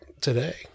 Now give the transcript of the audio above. today